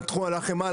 על החמאה,